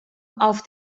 auf